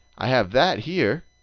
i have that here,